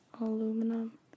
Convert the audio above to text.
Aluminum